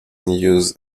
use